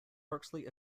bexley